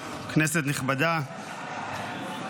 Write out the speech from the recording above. כנסת נכבדה,